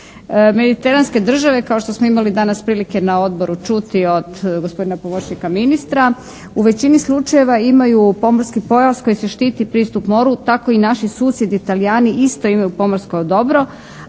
Mediteranske države kao što smo imali danas prilike na odboru čuti od gospodina pomoćnika ministra, u većini slučajeva imaju pomorski pojas koji se štiti pristup moru, tako i naši susjedi Talijani isto imaju pomorsko dobro